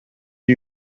are